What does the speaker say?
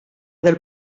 del